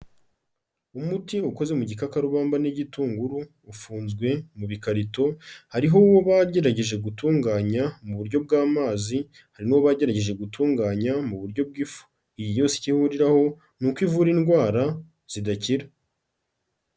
Umuti ukoze mu gikakarubamba n'igitunguru, ufunzwe mu bikarito hariho uwo bagerageje gutunganya mu buryo bw'amazi, hari n'uwo bagerageje gutunganya mu buryo bw'ifu, iyi yose icyo ihuriraho ni uko ivura indwara zidakira.